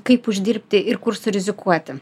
kaip uždirbti ir kur surizikuoti